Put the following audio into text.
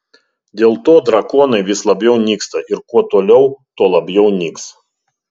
dėl to drakonai vis labiau nyksta ir kuo toliau tuo labiau nyks